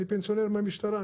אני פנסיונר מהמשטרה,